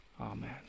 Amen